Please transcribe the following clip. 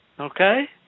okay